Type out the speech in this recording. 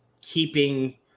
Keeping